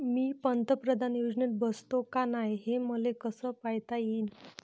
मी पंतप्रधान योजनेत बसतो का नाय, हे मले कस पायता येईन?